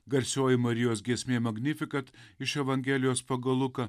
garsioji marijos giesmė magnifikat iš evangelijos pagal luką